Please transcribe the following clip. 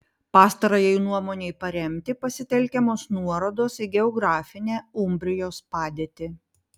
pastarajai nuomonei paremti pasitelkiamos nuorodos į geografinę umbrijos padėtį